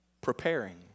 preparing